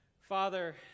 Father